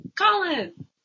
Colin